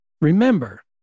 remember